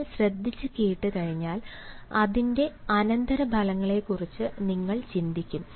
നിങ്ങൾ ശ്രദ്ധിച്ചു കേട്ട് കഴിഞ്ഞാൽ അതിന്റെ അനന്തരഫലങ്ങളെക്കുറിച്ച് നിങ്ങൾ ചിന്തിക്കും